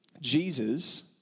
Jesus